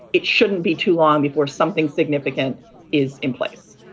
it shouldn't be too long before something significant is in place